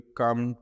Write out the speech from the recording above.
come